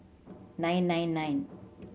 nine nine nine